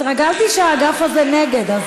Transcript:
התרגלתי שהאגף הזה נגד.